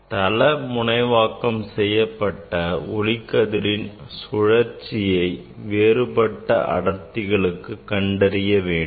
தள முனைவாக்கம் செய்யப்பட்ட ஒளிக்கதிரின் சுழற்சியை வேறுபட்ட அடர்த்திகளுக்கு கண்டறிய வேண்டும்